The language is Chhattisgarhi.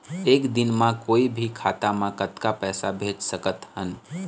एक दिन म कोई भी खाता मा कतक पैसा भेज सकत हन?